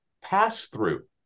pass-through